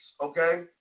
okay